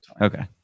Okay